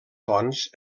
fonts